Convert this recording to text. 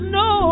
no